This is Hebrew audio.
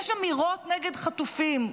יש אמירות נגד חטופים,